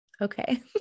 Okay